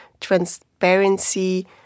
transparency